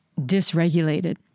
dysregulated